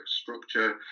structure